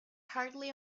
hardly